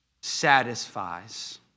satisfies